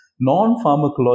non-pharmacological